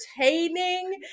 entertaining